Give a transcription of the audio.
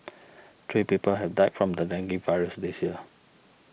three people have died from the dengue virus this year